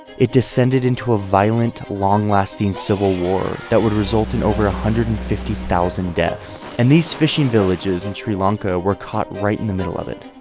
it descended into a violent, long-lasting civil war that would result in over one hundred and fifty thousand deaths and these fishing villages in sri lanka were caught right in the middle of it.